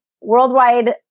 worldwide